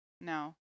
No